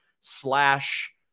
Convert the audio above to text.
slash